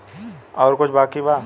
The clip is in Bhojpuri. और कुछ बाकी बा?